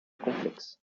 complexes